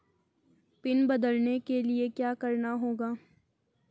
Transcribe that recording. Pin बदलने के लिए क्या करना होगा?